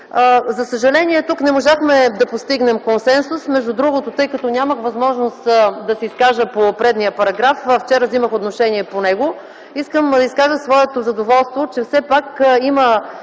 За съжаление тук не можахме да постигнем консенсус. Тъй като нямах възможност да се изкажа по предния параграф, а вчера вземах отношение по него, искам да изкажа своето задоволство, че все пак има